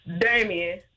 Damien